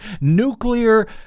nuclear